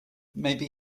maybe